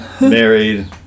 married